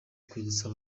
kwibutsa